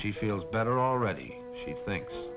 she feels better already she thinks